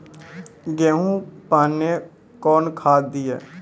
गेहूँ पहने कौन खाद दिए?